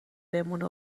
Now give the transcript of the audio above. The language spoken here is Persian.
بمونه